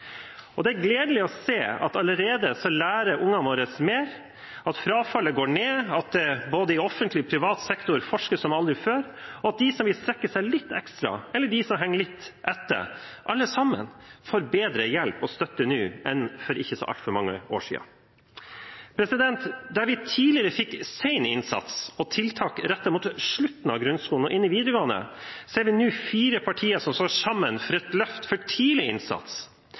2013. Det er gledelig å se at allerede lærer ungene våre mer, at frafallet går ned, at i både privat og offentlig sektor forskes det som aldri før, og at de som vil strekke seg litt ekstra, eller de som henger litt etter, alle får bedre hjelp og støtte nå enn for ikke så altfor mange år siden. Der vi tidligere fikk sen innsats og tiltak rettet mot slutten av grunnskolen og inn i videregående, er det nå fire partier som står sammen om et løft for tidlig innsats.